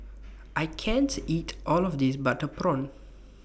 I can't eat All of This Butter Prawn